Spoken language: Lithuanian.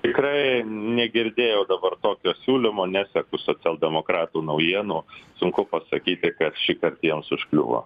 tikrai negirdėjau dabar tokio siūlymo neseku socialdemokratų naujienų sunku pasakyti kas šįkart jiems užkliuvo